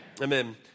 amen